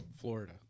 Florida